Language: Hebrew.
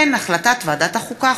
החלטת ועדת החוקה,